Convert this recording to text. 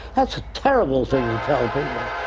that's a terrible thing to tell people!